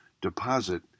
deposit